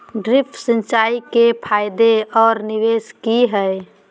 Drip सिंचाई के फायदे और निवेस कि हैय?